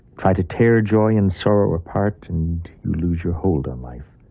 try to tear joy and sorrow apart, and you lose your hold on life.